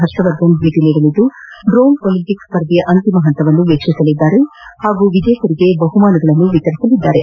ಹರ್ಷವರ್ಧನ್ ಭೇಟಿ ನೀಡಲಿದ್ದು drone Olympic ಸ್ಪರ್ಧೆಯ ಅಂತಿಮ ಹಂತವನ್ನು ವೀಕ್ಷಿಸಲಿದ್ದಾರೆ ಹಾಗೂ ವಿಜೇತರಿಗೆ ಬಹುಮಾನಗಳನ್ನು ವಿತರಿಸಲಿದ್ದಾರೆ